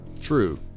True